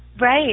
Right